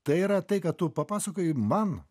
tai yra tai ką tu papasakojai man